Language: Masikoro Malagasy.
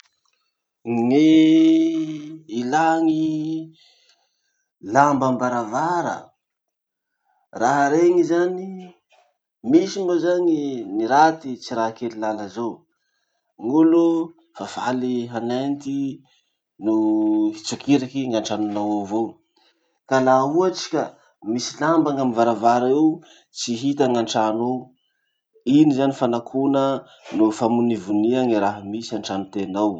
Gny ilà gny lamba ambaravara. Raha reny zany, misy moa zany- ny raty tsy raha kely lala zao, gn'olo fa faly hanenty no hitsokiriky gn'antranonao ao avao. Ka laha ohatsy ka misy lamba gn'amy varavara eo, tsy hita gn'antrano ao. Iny zany fanakona noho famonivonia ny raha misy antrano tena ao.